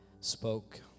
spoke